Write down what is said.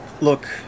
Look